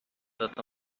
that